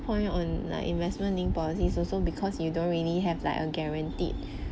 point on like investment linked policies also because you don't really have like a guaranteed